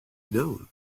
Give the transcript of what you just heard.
known